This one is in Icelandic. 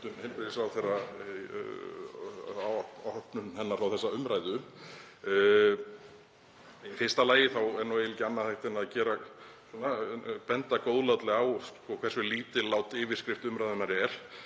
heilbrigðisráðherra opnun hennar á þessa umræðu. Í fyrsta lagi er ekki annað hægt en að benda góðlátlega á hversu lítillát yfirskrift umræðunnar er,